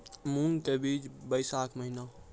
मूंग के बीज बैशाख महीना